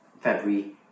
February